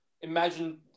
imagine